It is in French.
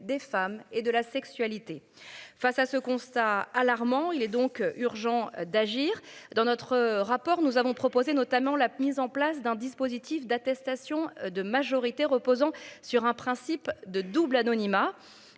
des femmes et de la sexualité. Face à ce constat alarmant. Il est donc urgent d'agir dans notre rapport, nous avons proposé notamment la mise en place d'un dispositif d'attestations de majorité reposant sur un principe de double anonymat.